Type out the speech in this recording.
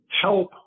help